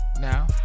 Now